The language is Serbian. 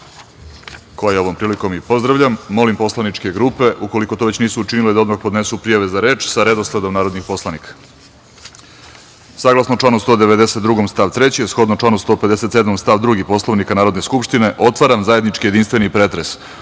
koje ovom prilikom pozdravljam. Molim poslaničke grupe, u koliko to već nisu učinile, da odmah podnesu prijave za reč sa redosledom narodnih poslanika. Saglasno članu 192. stav 3, a shodno članu 157. stav 2. Poslovnika Narodne skupštine, otvaram zajednički jedinstveni pretres